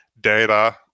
data